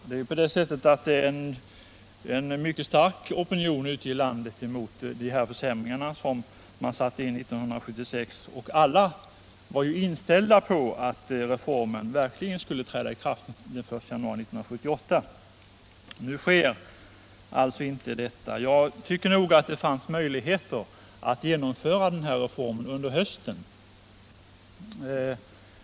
Herr talman! Det är en mycket stark opinion ute i landet mot de för Torsdagen den sämringar som genomfördes 1976. Alla var inställda på att reformen skulle 10 november 1977 träda i kraft den 1 januari 1978. Nu sker alltså inte detta. Jag tycker det fanns möjligheter att genomföra reformen under hösten.